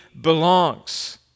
belongs